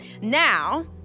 Now